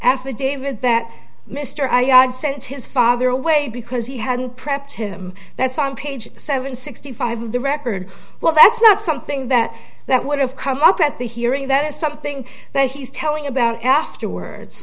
affidavit that mr i had sent his father away because he hadn't prepped him that's on page seven sixty five of the record well that's not something that that would have come up at the hearing that is something that he's telling about afterwards